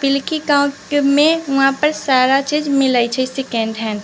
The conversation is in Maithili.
पिलखी गाँव मे वहाँ पे सारा चीज मिलै छै सकेंड हैंड